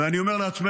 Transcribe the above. ואני אומר לעצמנו: